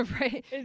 right